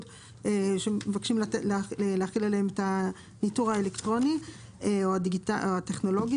ומבקשים להחיל עליהם את הניטור הטכנולוגי,